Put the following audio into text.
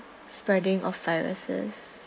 spreading of viruses